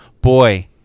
Boy